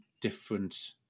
different